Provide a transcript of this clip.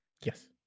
Yes